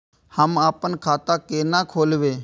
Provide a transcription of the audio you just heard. हम आपन खाता केना खोलेबे?